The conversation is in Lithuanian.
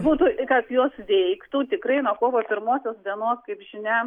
būtų kad jos veiktų tikrai nuo kovo pirmosios dienos kaip žinia